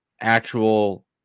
actual